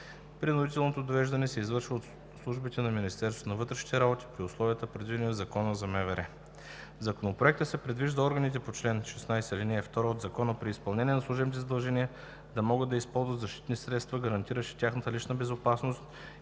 Принудителното довеждане се извършва от службите на Министерството на вътрешните работи при условията, предвидени в Закона за МВР. В Законопроекта се предвижда органите по чл. 16, ал. 2 от Закона при изпълнение на служебните си задължения да могат да използват защитни средства, гарантиращи тяхната лична безопасност